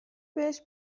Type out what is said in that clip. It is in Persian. بهش